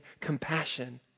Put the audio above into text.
compassion